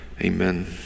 Amen